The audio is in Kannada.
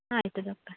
ಆಯಿತು ಡಾಕ್ಟ್ರೆ